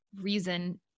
reason